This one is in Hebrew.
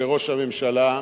לראש הממשלה,